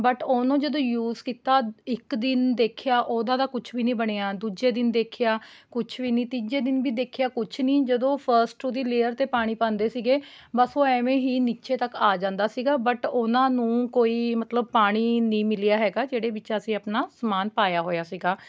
but ਉਹਨੂੰ ਜਦੋਂ use ਕੀਤਾ ਇੱਕ ਦਿਨ ਦੇਖਿਆ ਉਹਦਾ ਤਾਂ ਕੁਛ ਵੀ ਨਹੀਂ ਬਣਿਆ ਦੂਜੇ ਦਿਨ ਦੇਖਿਆ ਕੁਛ ਵੀ ਨਹੀਂ ਤੀਜੇ ਦਿਨ ਵੀ ਦੇਖਿਆ ਕੁਛ ਨਹੀਂ ਜਦੋ ਫ਼ਸਟ ਉਹਦੀ ਲੇਅਰ 'ਤੇ ਪਾਣੀ ਪਾਉਂਦੇ ਸੀਗੇ ਬਸ ਉਹ ਐਂਵੇ ਹੀ ਨੀਚੇ ਤੱਕ ਆ ਜਾਂਦਾ ਸੀਗਾ ਬਟ ਉਹਨਾਂ ਨੂੰ ਕੋਈ ਮਤਲਬ ਪਾਣੀ ਨਹੀਂ ਮਿਲਿਆ ਹੈਗਾ ਜਿਹਦੇ ਵਿੱਚ ਆਪਣਾ ਅਸੀਂ ਸਮਾਨ ਪਾਇਆ ਹੋਇਆ ਸੀਗਾ